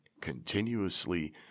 continuously